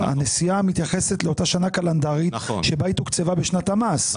הנסיעה מתייחסת לאותה שנה קלנדרית שבה תוקצבה בשנת המס.